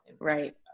Right